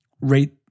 rate